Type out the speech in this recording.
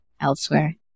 elsewhere